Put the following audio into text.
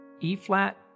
E-flat